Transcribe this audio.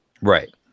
Right